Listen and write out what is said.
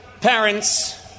parents